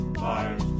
fire